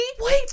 wait